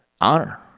Honor